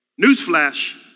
Newsflash